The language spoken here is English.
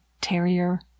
terrier